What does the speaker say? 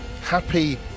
happy